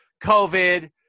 COVID